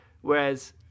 whereas –